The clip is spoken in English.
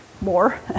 more